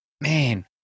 man